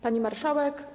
Pani Marszałek!